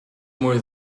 more